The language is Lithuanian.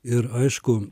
ir aišku